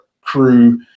crew